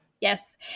Yes